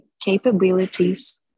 capabilities